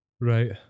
Right